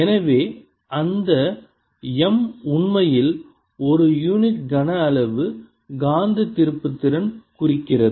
எனவே அந்த M உண்மையில் ஒரு யூனிட் கனஅளவு காந்த திருப்புத்திறன் குறிக்கிறது